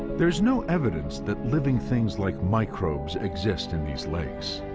there is no evidence that living things like microbes exist in these lakes.